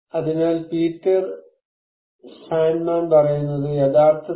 അതിനാൽ Peter Sandman പറയുന്നത് യഥാർത്ഥത്തിൽ